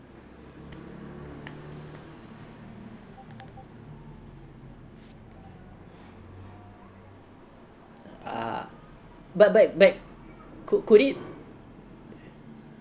uh but but could it